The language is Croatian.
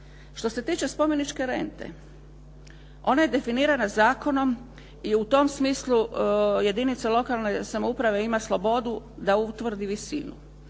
Što se tiče spomeničke rente, ona je definirana zakonom i u tom smislu jedinica lokalne samouprave ima slobodu da utvrdi visinu.